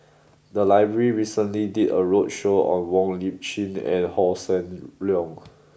the library recently did a roadshow on Wong Lip Chin and Hossan Leong